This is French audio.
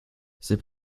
c’est